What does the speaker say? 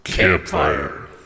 campfire